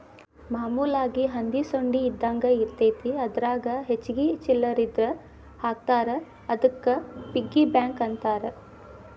ಮಾಮೂಲಾಗಿ ಹಂದಿ ಸೊಂಡಿ ಇದ್ದಂಗ ಇರತೈತಿ ಅದರಾಗ ಹೆಚ್ಚಿಗಿ ಚಿಲ್ಲರ್ ಇದ್ರ ಹಾಕ್ತಾರಾ ಅದಕ್ಕ ಪಿಗ್ಗಿ ಬ್ಯಾಂಕ್ ಅಂತಾರ